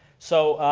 so,